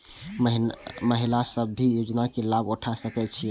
महिला सब भी योजना के लाभ उठा सके छिईय?